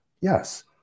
Yes